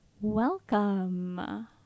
Welcome